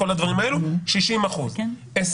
60 אחוזים.